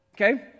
Okay